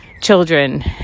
children